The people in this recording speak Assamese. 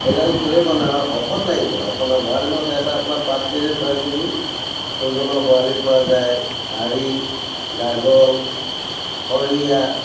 সেইডাল কেলেই বনাওঁ শকত লাগিব আপোনাৰ বৰালি মাছ এটা আপোনাৰ পাঁচ কেজি ছয় কেজি ওজনৰ বৰালি পোৱা যায় আৰি গাগল খৰিয়া